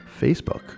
Facebook